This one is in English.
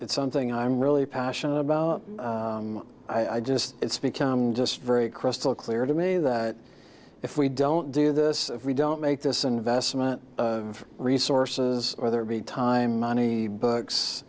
something i'm really passionate about i just it's become just very crystal clear to me that if we don't do this if we don't make this investment of resources or there be time money b